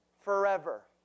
forever